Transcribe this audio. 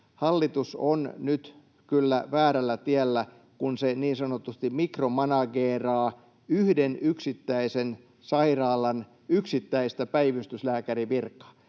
hallitus on nyt kyllä väärällä tiellä, kun se niin sanotusti mikromanageeraa yhden yksittäisen sairaalan yksittäistä päivystyslääkärivirkaa.